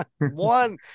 one